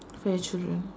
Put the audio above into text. fair children